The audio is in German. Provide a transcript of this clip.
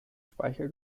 speiche